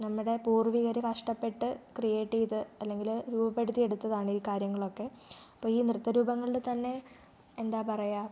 നമ്മുടെ പൂർവ്വികർ കഷ്ടപ്പെട്ട് ക്രീയേറ്റ് ചെയ്ത് അല്ലെങ്കിൽ രൂപപ്പെടുത്തിയെടുത്തതാണ് ഈ കാര്യങ്ങളൊക്കെ അപ്പോൾ ഈ നൃത്ത രൂപങ്ങളുടെ തന്നെ എന്താ പറയുക